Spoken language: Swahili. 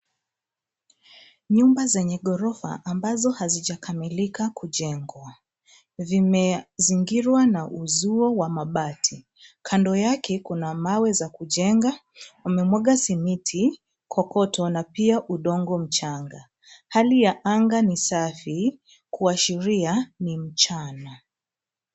Nyumba zenye ghorofa ambazo hazijakamilika kujengwa zimezingirwa na uzuio wa mabati. kando yake kuna mawe za kujenga, wamemwaga simiti, kokoto na pia udongo mchanga. Hali ya anga ni safi kuashiria ni mchana.